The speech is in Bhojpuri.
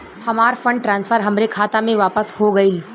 हमार फंड ट्रांसफर हमरे खाता मे वापस हो गईल